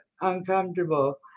uncomfortable